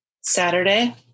Saturday